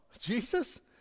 Jesus